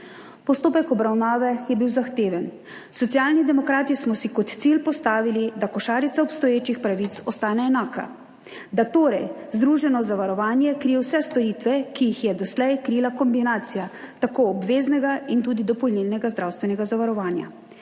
Postopek obravnave je bil zahteven. Socialni demokrati smo si kot cilj zastavili, da košarica obstoječih pravic ostane enaka, da torej združeno zavarovanje krije vse storitve, ki jih je doslej krila kombinacija tako obveznega kot dopolnilnega zdravstvenega zavarovanja.